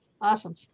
Awesome